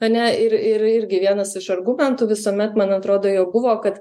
ane ir ir irgi vienas iš argumentų visuomet man atrodo jo buvo kad